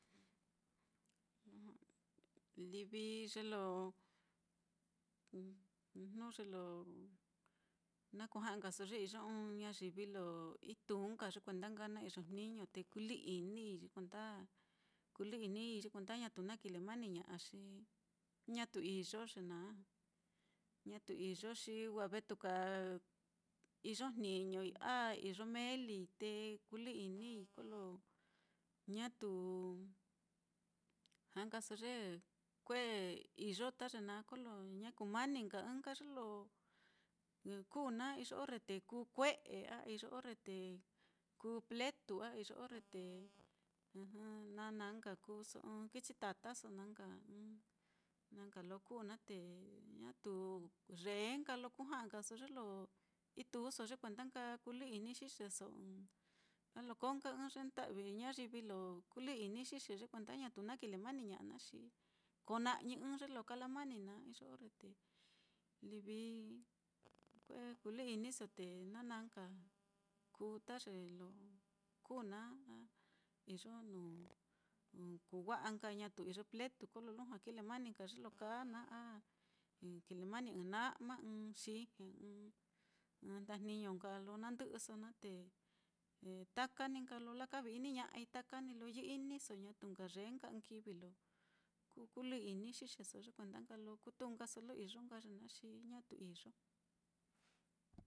Livi ye lo jnu ye lo na kuja'ankaso, ye iyo ɨ́ɨ́n ñayivi lo ituu nka ye kuenda nka na iyo jniño, te kulɨ-inii ye kuenda, kulɨ-inii ye kuenda ñatu na kile mani ña'a, xi ñatu iyo ye naá, ñatu iyo xi wa vetuka iyo jniñoi a iyo meelii, te kulɨ-inii, kolo ñatu, ja'a nkaaso ye kue iyo ta ye naá, kolo ña kumani nka ɨ́ɨ́n nka ye lo kuu naá, iyo orre te kuu kue'e, a iyo orre te kuu pletu, a iyo orre te na naá nka kuuso ɨ́ɨ́n kichi tataso na nka, na nka lo kuu naá, te ñatu yee nka lo kuja'a nkaso ye lo ituuso ye kuenda nka kulɨ-ini xixeso, a lo koo nka ɨ́ɨ́n ye nda'vi ñayivi lo kulɨ-ini xixe, ye kuenda ñatu na kilemaniña'a naá, xi ko na'i ɨ́ɨ́n ye lo kalamaniña'a naá, iyo orre te livi kue kulɨ-iniso te na naá nka kuu ta ye lo kuu naá, a iyo nuu kuu wa'a nka ñatu iyo pletu kolo lujua nka kilemani ye lo kaa naá, a kile mani ɨ́ɨ́n nama, ɨ́ɨ́n xijñe, ɨ́ɨ́n ndajniño nka lo nandɨ'ɨso naá, te taka ní nka lo lakavi-ini ña'ai, taka ní lo yɨ-iniso, ñatu nka yee nka ɨ́ɨ́n kivi lo kuu kulɨ-ini xixeso ye kuenda lo ku tūū nkaso lo iyo nka ye naá, xi ñatu iyo.